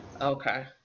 Okay